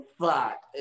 Fuck